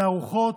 תערוכות,